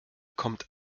kommt